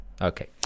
Okay